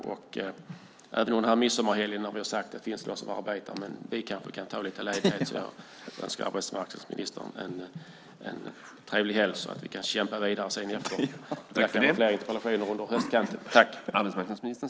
Som vi har sagt finns det de som arbetar även under midsommarhelgen, men vi kanske kan ta lite ledigt. Jag önskar arbetsmarknadsministern en trevlig helg så att vi kan kämpa vidare efteråt. Det kanske kommer fler interpellationer fram på höstkanten.